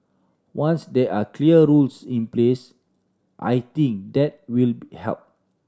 once there are clear rules in place I think that will help